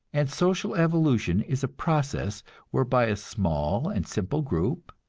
and social evolution is a process whereby a small and simple group,